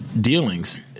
dealings